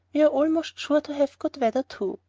we're almost sure to have good weather too.